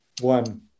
One